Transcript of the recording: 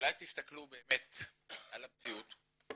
שאולי תסתכלו באמת על המציאות?